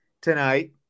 tonight